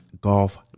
golf